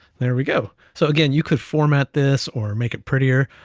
there we go. so again, you could format this, or make it prettier,